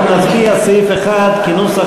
אנחנו נצביע על סעיף 1 כנוסח